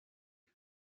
com